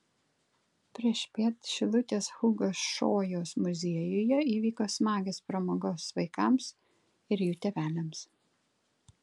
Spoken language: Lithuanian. priešpiet šilutės hugo šojaus muziejuje įvyko smagios pramogos vaikams ir jų tėveliams